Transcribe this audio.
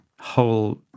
whole